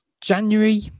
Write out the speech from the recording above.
January